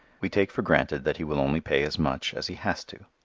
we take for granted that he will only pay as much as he has to.